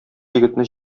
егетне